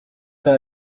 pas